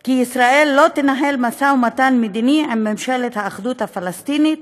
כי ישראל לא תנהל משא ומתן מדיני עם ממשלת האחדות הפלסטינית,